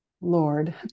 Lord